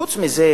חוץ מזה,